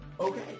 okay